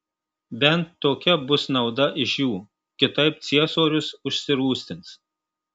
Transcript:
bent tokia bus nauda iš jų kitaip ciesorius užsirūstins